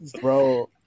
bro